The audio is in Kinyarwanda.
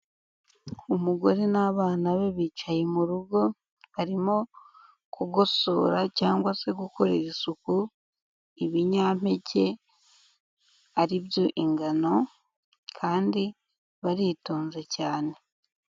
Umugore n'abana be bicaye mu rugo, barimo kugosora cyangwa se gukorera isuku ibinyampeke aribyo ingano kandi baritonze cyane.